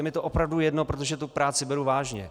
Je mi to opravdu jedno, protože tu práci beru vážně.